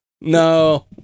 No